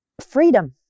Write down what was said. freedom